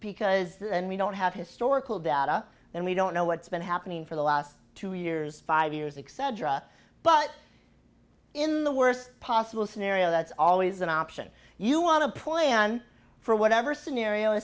because we don't have historical data and we don't know what's been happening for the last two years five years except drop but in the worst possible scenario that's always an option you want to plan for whatever scenario